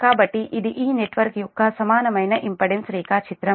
కాబట్టి ఇది ఈ నెట్వర్క్ యొక్క సమానమైన ఇంపెడెన్స్ రేఖాచిత్రం